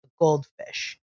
goldfish